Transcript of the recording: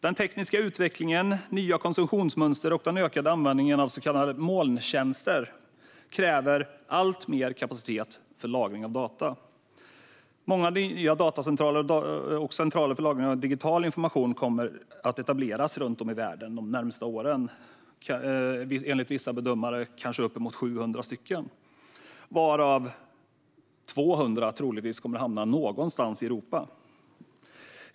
Den tekniska utvecklingen, nya konsumtionsmönster och den ökade användningen av så kallade molntjänster kräver alltmer kapacitet för lagring av data. Många nya datacentraler och centraler för lagring av digital information kommer att etableras runt om i världen de närmaste åren, enligt vissa bedömare kanske uppemot 700, varav 200 troligtvis kommer att hamna någonstans i Europa.